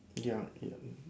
ya okay lah